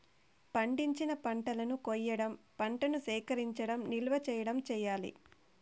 పండించిన పంటలను కొయ్యడం, పంటను సేకరించడం, నిల్వ చేయడం చెయ్యాలి